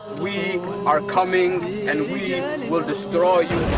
we are coming and we will destroy you.